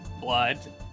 blood